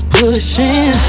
pushing